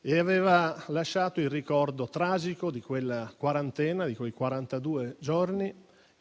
E aveva lasciato il ricordo tragico di quella quarantena, di quei quarantadue giorni